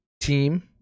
team